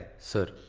sir,